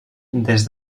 des